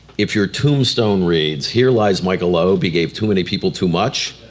if your tombstone reads here lies michael loeb, he gave too many people too much,